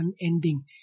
unending